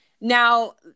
Now